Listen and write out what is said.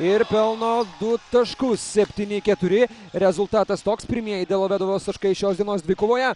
ir pelno du taškus septyni keturi rezultatas toks pirmieji delavedovos taškai šios dienos dvikovoje